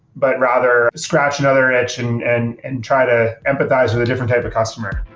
but rather scratch another niche and and and try to empathize with a different type of customer